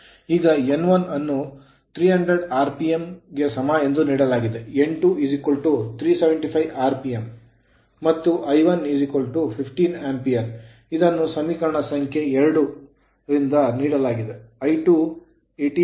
ಈಗ n1 ಅನ್ನು 300 rpm R PM ಗೆ ಸಮ ಎಂದು ನೀಡಲಾಗಿದೆ n2 375 rpm ಆರ್ ಪಿಎಂ ಮತ್ತು I1 15 Ampere ಆಂಪಿಯರ್ ಇದನ್ನು ಸಮೀಕರಣ ಸಂಖ್ಯೆ ರಿಂದ ನೀಡಲಾಗಿದೆ I2 18